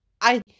I